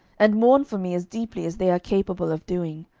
and mourn for me as deeply as they are capable of doing.